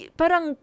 parang